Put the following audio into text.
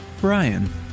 Brian